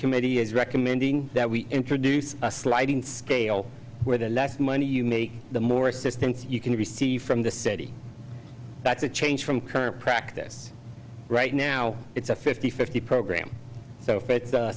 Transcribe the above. committee is recommending that we introduce a sliding scale where the less money you make the more assistance you can receive from the city that's a change from current practice right now it's a fifty fifty program so f